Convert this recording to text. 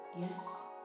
yes